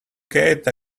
gate